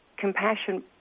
compassion